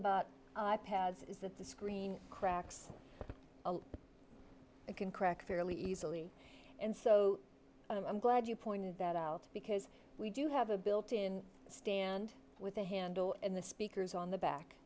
about i pads is that the screen cracks it can crack fairly easily and so i'm glad you pointed that out because we do have a built in stand with a handle and the speakers on the back